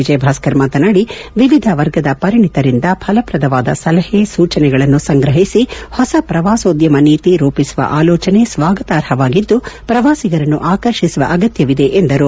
ವಿಜಯ ಭಾಸ್ಕರ್ ಮಾತನಾಡಿ ವಿವಿಧ ವರ್ಗದ ಪರಿಣಿತರಿಂದ ಥಲಪ್ರದವಾದ ಸಲಹೆ ಸೂಚನೆಗಳನ್ನು ಸಂಗ್ರಹಿಸಿ ಹೊಸ ಪ್ರವಾಸೋದ್ಯಮ ನೀತಿ ರೂಪಿಸುವ ಆಲೋಚನೆ ಸ್ವಾಗತಾರ್ಹವಾಗಿದ್ದು ಪ್ರವಾಸಿಗರನ್ನು ಆಕರ್ಷಿಸುವ ಅಗತ್ಯವಿದೆ ಎಂದರು